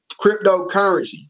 cryptocurrency